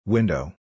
Window